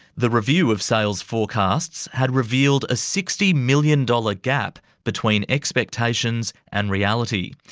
the review of sales forecasts had revealed a sixty million dollars gap between expectations and reality.